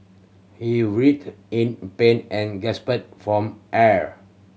he writhed in pain and gasped from air